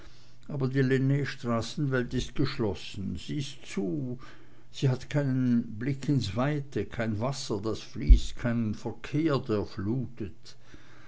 aber die lennstraßenwelt ist geschlossen ist zu sie hat keinen blick ins weite kein wasser das fließt keinen verkehr der flutet